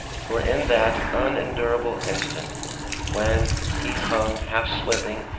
for in that unendurable instant when he hung, half slipping,